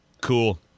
Cool